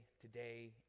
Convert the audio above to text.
today